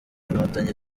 inkotanyi